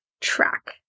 track